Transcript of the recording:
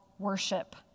worship